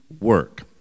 work